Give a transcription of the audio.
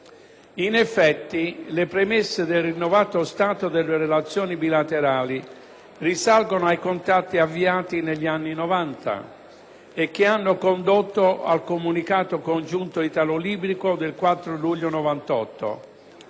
In effetti, le premesse del rinnovato stato delle relazioni bilaterali risalgono ai contatti avviati negli anni '90, che hanno condotto al Comunicato congiunto italo-libico del 4 luglio 1998.